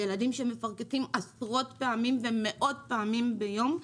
ילדים שמפרכסים עשרות פעמים ומאות פעמים ביום,